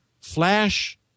Flash